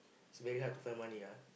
is very hard to find money ah